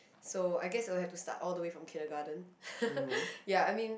so I guess I'll have to start all the way from kindergarten ya I mean